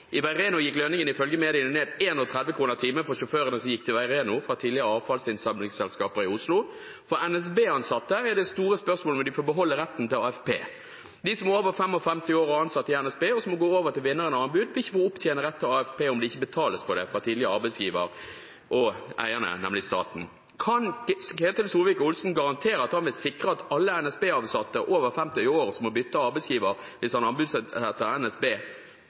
I Veireno gikk lønningene ifølge mediene ned 31 kr timen for sjåførene som gikk til Veireno fra tidligere avfallsinnsamlingsselskaper i Oslo. For NSB-ansatte er det store spørsmålet om de får beholde retten til AFP. De som er over 55 år og ansatt i NSB, og som må gå over til vinneren av anbud, vil ikke få opptjene rett til AFP om det ikke betales for det fra tidligere arbeidsgiver og eierne, nemlig staten. Kan Ketil Solvik-Olsen garantere – med sikkerhet – alle NSB-ansatte over 50 år som må bytte arbeidsgiver hvis han anbudsutsetter NSB,